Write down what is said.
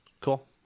Cool